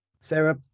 Sarah